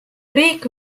riik